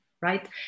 right